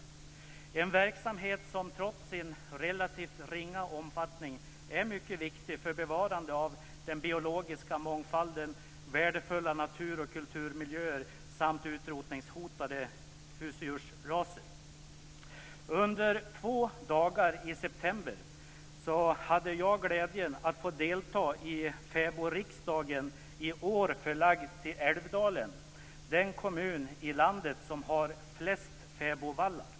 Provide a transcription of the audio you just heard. Det är en verksamhet som trots sin relativt ringa omfattning är mycket viktig för bevarande av den biologiska mångfalden, värdefulla natur och kulturmiljöer samt utrotningshotade husdjursraser. Undre två dagar i september hade jag glädjen att få delta i fäbodriksdagen, i år förlagd till Älvdalen - den kommun i landet som har flest fäbodvallar.